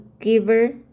giver